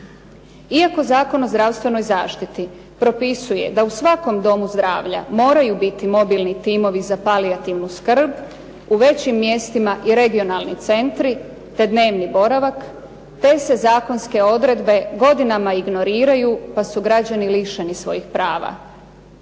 Iako Zakon o zdravstvenoj zaštiti propisuje da u svakom domu zdravlja moraju biti mobilni timovi za palijativnu skrb u većim mjestima i regionalni centri, te dnevni boravak te se zakonske odredbe godinama ignoriraju, pa su građani lišeni svojih prava.